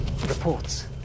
Reports